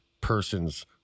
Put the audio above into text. person's